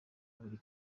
buri